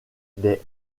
des